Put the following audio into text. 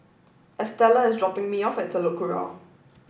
Estela is dropping me off at Telok Kurau